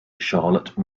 charlotte